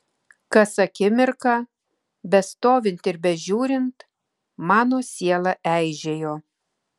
kas akimirką bestovint ir bežiūrint mano siela eižėjo